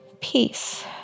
peace